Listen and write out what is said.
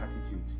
attitude